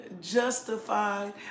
justified